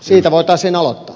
siitä voitaisiin aloittaa